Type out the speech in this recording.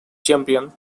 champion